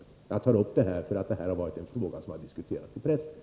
Jag tar upp detta eftersom frågan har diskuterats i pressen.